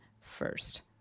first